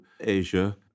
Asia